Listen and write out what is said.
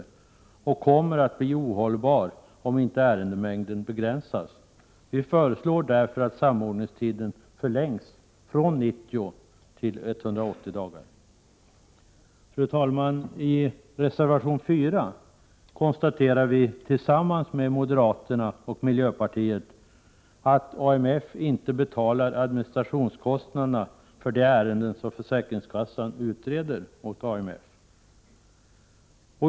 Situationen kommer att bli ohållbar, om inte ärendemängden begränsas. Vi föreslår därför att samordningstiden förlängs från 90 till 180 dagar. I reservation 4 konstaterar vi i folkpartiet samt moderaterna och miljöpartiet att AMF inte täcker administrationskostnaderna för de ärenden som försäkringskassan utreder åt AMF.